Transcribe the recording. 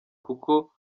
kuko